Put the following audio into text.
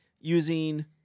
using